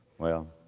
well,